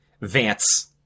Vance